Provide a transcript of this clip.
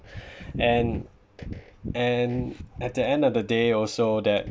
and and at the end of the day also that